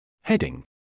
Heading